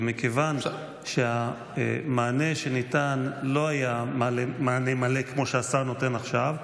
ומכיוון שהמענה שניתן לא היה מענה מלא כמו שהשר נותן עכשיו,